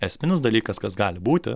esminis dalykas kas gali būti